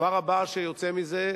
הדבר הבא שיוצא מזה,